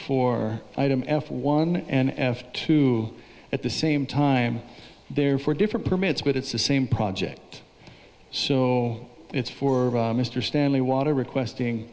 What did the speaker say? for item f one and f two at the same time there are four different permits but it's the same project so it's for mr stanley water requesting